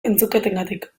entzuketengatik